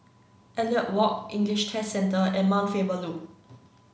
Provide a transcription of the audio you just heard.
Elliot Walk English Test Centre and Mount Faber Loop